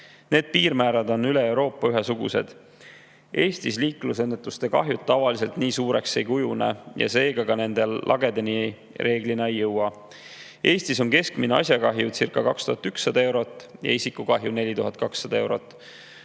Need piirmäärad on üle Euroopa ühesugused. Eestis liiklusõnnetuste kahjud tavaliselt nii suureks ei kujune ja seega ka nende lagedeni reeglina ei jõuta. Eestis on keskmine asjakahjucirca2100 eurot ja isikukahju 4200 eurot.